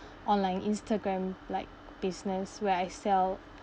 online instagram like business where I sell